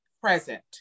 present